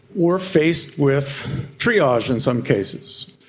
we are faced with triage in some cases.